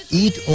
eat